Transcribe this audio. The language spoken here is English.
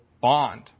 bond